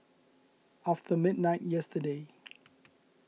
after midnight yesterday